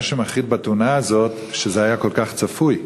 מה שמחריד בתאונה הזאת שזה היה כל כך צפוי.